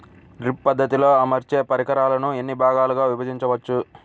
Drip పద్ధతిలో అమర్చే పరికరాలను ఎన్ని భాగాలుగా విభజించవచ్చు?